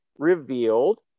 revealed